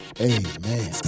Amen